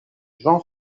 jean